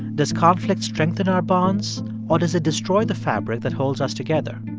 does conflict strengthen our bonds or does it destroy the fabric that holds us together?